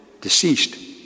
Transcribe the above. deceased